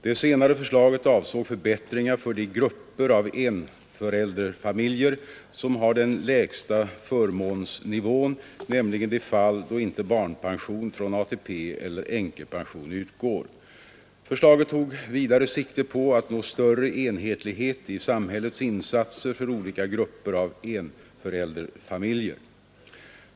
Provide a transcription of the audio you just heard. Det senare förslaget avsåg förbättringar för de grupper av enförälderfamiljer som har den lägsta förmånsnivån, nämligen de fall då inte barnpension från ATP eller änkepension utgår. Förslaget tog vidare sikte på att nå större enhetlighet i samhällets insatser för olika grupper av enförälderfamiljer.